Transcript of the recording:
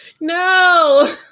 No